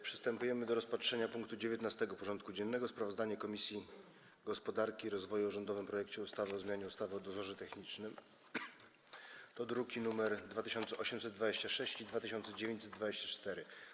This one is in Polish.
Przystępujemy do rozpatrzenia punktu 19. porządku dziennego: Sprawozdanie Komisji Gospodarki i Rozwoju o rządowym projekcie ustawy o zmianie ustawy o dozorze technicznym (druki nr 2826 i 2924)